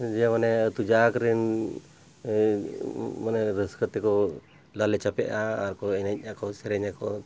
ᱡᱮ ᱢᱟᱱᱮ ᱟᱛᱳ ᱡᱟᱠ ᱨᱮᱱ ᱢᱟᱱᱮ ᱨᱟᱹᱥᱠᱟᱹ ᱛᱮᱠᱚ ᱞᱟᱞᱮ ᱪᱟᱯᱮᱜᱼᱟ ᱟᱨ ᱠᱚ ᱮᱱᱮᱡ ᱟᱠᱚ ᱥᱮᱨᱮᱧᱟᱠᱚ